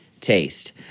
taste